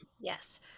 yes